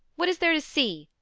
what is there to see?